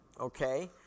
okay